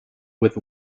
with